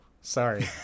Sorry